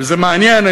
וזה מעניין,